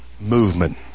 movement